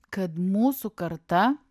kad mūsų karta